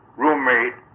roommate